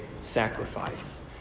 sacrifice